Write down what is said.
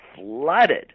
flooded